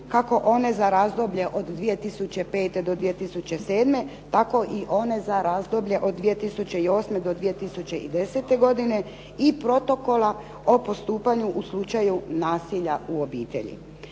kako one za razdoblje od 2005. do 2007., tako i one za razdoblje od 2008. do 2010. godine i protokola o postupanju u slučaju nasilja u obitelji.